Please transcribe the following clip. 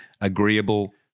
agreeable